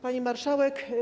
Pani Marszałek!